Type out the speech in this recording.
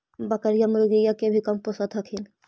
बकरीया, मुर्गीया के भी कमपोसत हखिन?